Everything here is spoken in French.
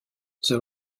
the